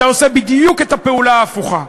אתה עושה בדיוק את הפעולה ההפוכה.